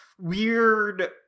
weird